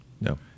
No